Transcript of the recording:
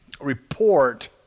report